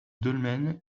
dolmen